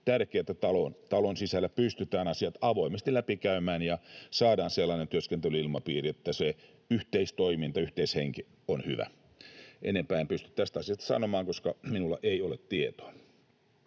tärkeää, että talon sisällä pystytään asiat avoimesti läpikäymään ja saadaan sellainen työskentelyilmapiiri, että se yhteistoiminta ja yhteishenki on hyvä. Enempää en pysty tästä asiasta sanomaan, koska minulla ei ole tietoa.